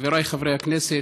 חבריי חברי הכנסת,